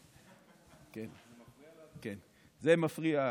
זה מפריע,